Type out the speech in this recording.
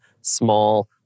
small